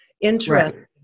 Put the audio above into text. Interesting